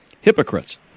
hypocrites